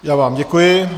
Já vám děkuji.